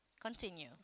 Continue